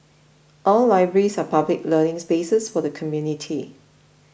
our libraries are public learning spaces for the community